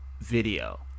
video